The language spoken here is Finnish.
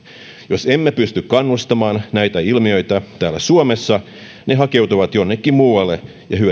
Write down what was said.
jos emme pysty kannustamaan näitä ilmiöitä täällä suomessa ne hakeutuvat jonnekin muualle